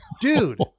dude